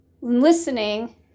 listening